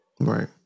Right